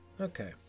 Okay